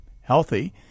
healthy